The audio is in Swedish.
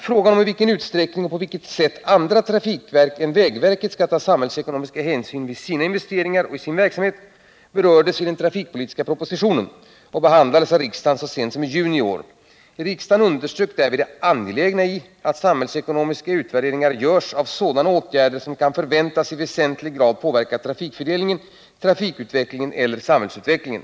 Frågan om i vilken utsträckning och på vilket sätt andra trafikverk än vägverket skall ta samhällsekonomiska hänsyn vid sina investeringar och i sin verksamhet berördes i den trafikpolitiska propositionen och behandlades av riksdagen så sent som i juni i år. Riksdagen underströk därvid det angelägna i att samhällsekonomiska utvärderingar görs av sådana åtgärder som kan förväntas i väsentlig grad påverka trafikfördelningen, trafikutveck lingen eller samhällsutvecklingen.